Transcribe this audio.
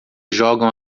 jogam